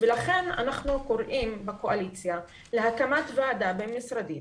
לכן אנחנו קוראים בקואליציה להקמת ועדה בין-משרדית